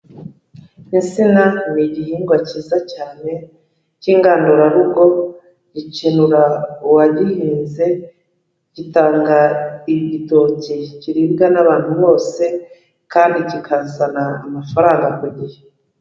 Insina ni igihingwa cyiza cyane cy'ingandurarugo, gikenura uwagihinze, gitanga igitoki kiribwa n'abantu bose kandi kikazana amafaranga ku gihe.